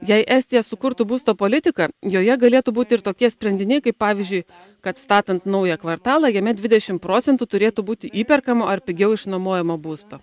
jei estija sukurtų būsto politiką joje galėtų būti ir tokie sprendiniai kaip pavyzdžiui kad statant naują kvartalą jame dvidešim procentų turėtų būti įperkamo ar pigiau išnuomojamo būsto